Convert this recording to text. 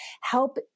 Help